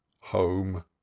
home